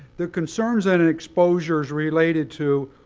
the concerns and and exposures related to,